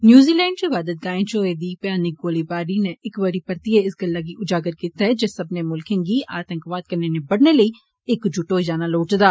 New Zealand च इवादतगाहें च होई दी भयानक गोलीबारी नै इक बारी परतियै इस गल्ला गी उजागर कीता ऐ जे सब्बनें मुल्खें गी आतंकवाद कन्नै निबड़ने लेई इक जुट होई जाना लोड़चदा